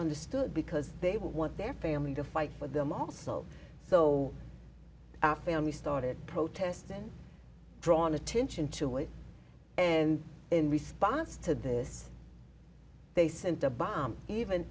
understood because they want their family to fight for them also so we started protesting drawn attention to it and in response to this they sent a bomb even